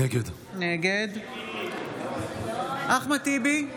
נגד אחמד טיבי,